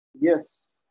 Yes